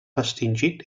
extingit